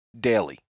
daily